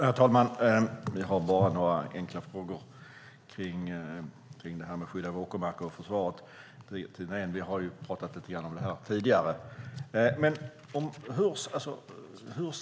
Herr talman! Jag har bara några enkla frågor kring det här med skyddad åkermark och försvaret. Tina Ehn och jag har pratat lite grann om det här tidigare.